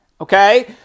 Okay